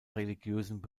religiösen